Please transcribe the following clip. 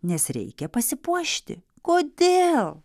nes reikia pasipuošti kodėl